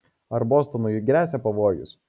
ar bostonui gresia pavojus